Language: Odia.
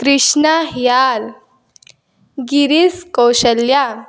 କ୍ରିଷ୍ଣା ହିଆଲ ଗିରିଶ କୌଶଲ୍ୟା